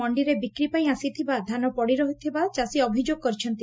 ମଣ୍ଣିରେ ବିକ୍ରି ପାଇଁ ଆସିଥିବା ଧାନ ପଡ଼ି ରହୁଥିବା ଚାଷୀ ଅଭିଯୋଗ କରିଛନ୍ତି